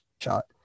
shot